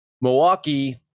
Milwaukee